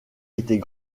était